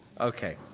okay